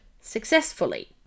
successfully